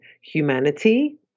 humanity